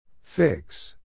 Fix